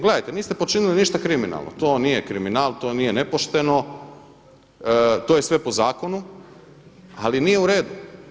Gledajte, niste počinili ništa kriminalno, to nije kriminal, to nije nepošteno, to je sve po zakonu ali nije u redu.